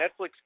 Netflix